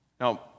Now